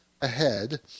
ahead